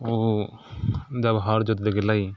ओ जब हर जोतैले गेलै